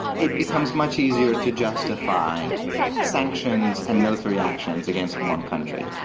it becomes much easier to justify sanctions and military actions against one country.